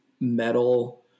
metal